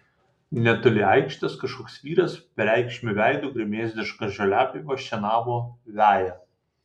netoli aikštės kažkoks vyras bereikšmiu veidu gremėzdiška žoliapjove šienavo veją